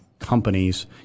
companies